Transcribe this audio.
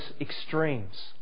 extremes